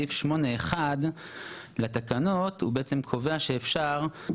הוא בעצם קובע שצריך לנכות את הוצאות ההרחקה.